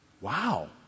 Wow